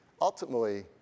ultimately